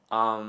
um